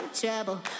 trouble